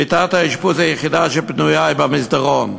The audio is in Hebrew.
מיטת האשפוז היחידה שפנויה היא במסדרון.